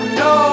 no